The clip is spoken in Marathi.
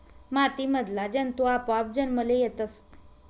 माती मधला जंतु आपोआप जन्मले येतस